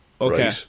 okay